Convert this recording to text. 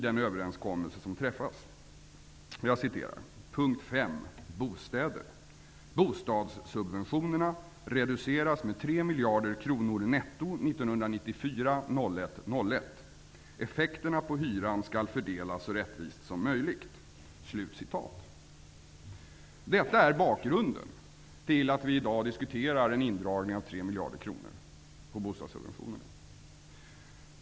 Jag skall be att få citera punkten 5 Bostadssubventionerna reduceras med 3 miljarder kronor netto 1994-01-01. Effekterna på hyran skall fördelas så rättvist som möjligt.'' Detta är bakgrunden till att vi i dag diskuterar en indragning av 3 miljarder kronor på bostadssubventionerna.